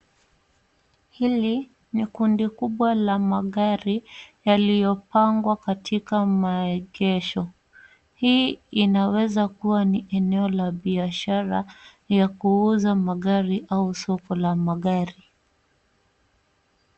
Hili ni kundi kubwa la magari yaliyopangwa katika maegesho. Hii inaweza kuwa ni eneo la biashara ya kuuza magari au soko la magari.